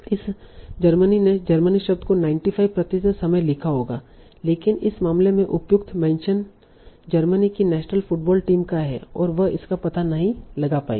इस जर्मनी ने जर्मनी शब्द को 95 प्रतिशत समय लिखा होगा लेकिन इस मामले में उपयुक्त मेंशन जर्मनी की नेशनल फुटबॉल टीम का है और वह इसका पता नहीं लगा पाएगी